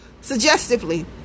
suggestively